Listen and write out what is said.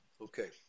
okay